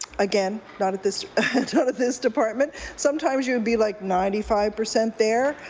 again not at this this department. sometimes you would be like ninety five percent there.